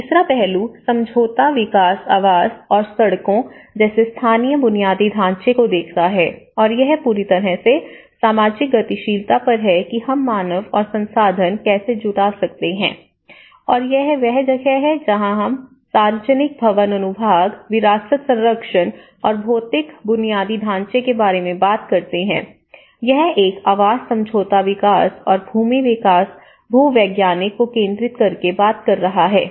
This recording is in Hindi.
तीसरा पहलू समझौता विकास आवास और सड़कों जैसे स्थानीय बुनियादी ढांचे को देखता है और यह पूरी तरह से सामाजिक गतिशीलता पर है कि हम मानव और संसाधन कैसे जुटा सकते हैं और यह वह जगह है जहां हम सार्वजनिक भवन अनुभाग विरासत संरक्षण और भौतिक बुनियादी ढांचे के बारे में बात करते हैं यह एक आवास समझौता विकास और भूमि विकास भूवैज्ञानिक को केंद्रित करके बात कर रहा है